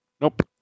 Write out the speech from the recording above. Nope